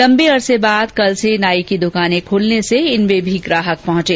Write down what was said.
लंबे अरसे बाद कल से नाई की दुकानें खुलने से इनमें भी ग्राहक पहुंचे